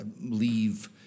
leave